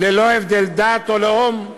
ללא הבדל דת או לאום.